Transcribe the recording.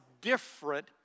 different